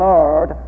Lord